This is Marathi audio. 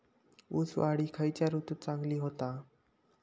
ऊस वाढ ही खयच्या ऋतूत चांगली होता?